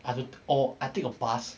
I've to or I take a bus